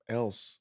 else